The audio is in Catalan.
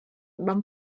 van